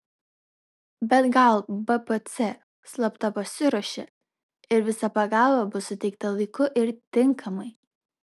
bet gal bpc slapta pasiruošė ir visa pagalba bus suteikta laiku ir tinkamai